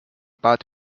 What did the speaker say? bad